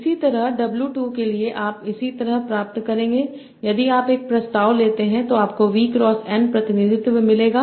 इसी तरह W2 के लिए आप इसी तरह प्राप्त करेंगे यदि आप एक प्रस्ताव लेते हैं तो आपको V क्रॉस N प्रतिनिधित्व मिलेगा